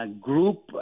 group